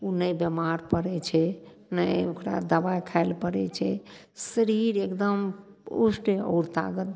उ ने बीमार पड़य छै ने ओकरा दबाइ खाइ लए पड़य छै शरीर एकदम पुष्ट आओर तागत